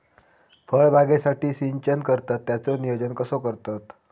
फळबागेसाठी सिंचन करतत त्याचो नियोजन कसो करतत?